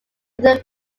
certain